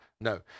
no